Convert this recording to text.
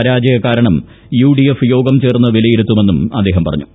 പരാജയ കാരണം യുഡിഎഫ് യോഗം ചേർന്ന് വിലയിരുത്തുമെന്നും അദ്ദേഹം പറഞ്ഞു